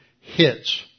hits